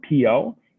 PO